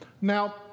Now